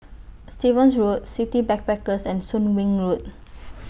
Stevens Road City Backpackers and Soon Wing Road